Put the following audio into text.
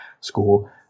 school